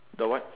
the what